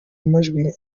majwi